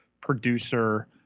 producer